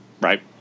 right